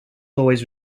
always